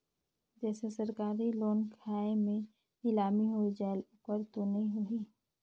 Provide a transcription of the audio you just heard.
जैसे सरकारी लोन खाय मे नीलामी हो जायेल ओकर तो नइ होही?